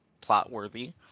plot-worthy